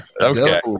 Okay